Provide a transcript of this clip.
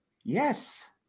yes